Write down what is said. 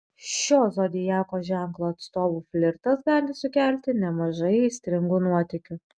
šio zodiako ženklo atstovų flirtas gali sukelti nemažai aistringų nuotykių